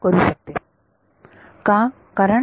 का कारण